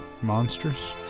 monsters